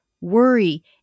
worry